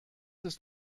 ist